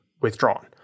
withdrawn